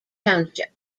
township